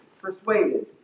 persuaded